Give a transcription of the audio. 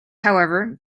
however